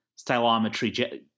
stylometry